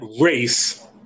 race